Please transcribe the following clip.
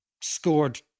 scored